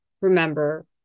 Remember